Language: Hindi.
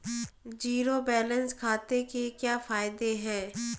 ज़ीरो बैलेंस खाते के क्या फायदे हैं?